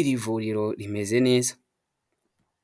iri vuriro rimeze neza.